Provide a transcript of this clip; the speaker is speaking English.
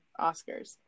Oscars